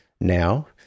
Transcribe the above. now